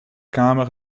kamer